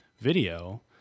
video